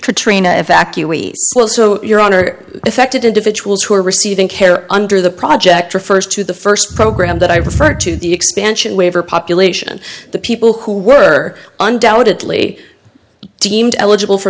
katrina evacuees so your honor affected individuals who are receiving care under the project refers to the first program that i refer to the expansion waiver population the people who were undoubtedly deemed eligible for